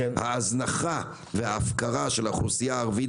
ההזנחה וההפקרה של האוכלוסייה הערבית